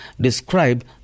describe